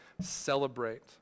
celebrate